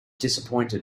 disappointed